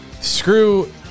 Screw